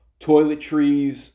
toiletries